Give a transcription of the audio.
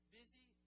busy